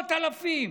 מאות אלפים.